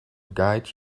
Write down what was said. guide